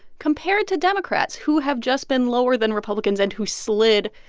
compared to democrats, who have just been lower than republicans and who slid,